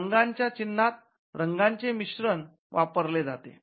रंगाच्या चिन्हात रंगाचे मिश्रण वापरले जाते